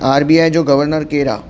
R B I जो governor केरु आहे